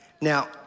Now